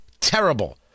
terrible